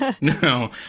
No